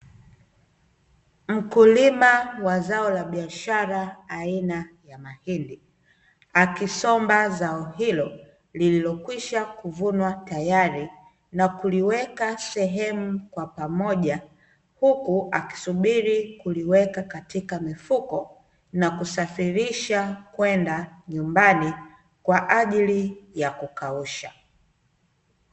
Mkulima wa zao la biashara aina ya Mahindi, akisomba zao hilo lililokwisha kuvunwa tayari, nakuliweka sehemu kwa pamoja, huku akisubiri kuliweka katika mifuko na kusafirisha kwenda nyumbani kwaajili ya kukausha.